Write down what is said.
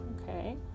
okay